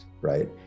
Right